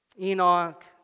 Enoch